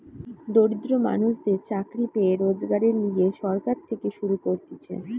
দরিদ্র মানুষদের চাকরি পেয়ে রোজগারের লিগে সরকার থেকে শুরু করতিছে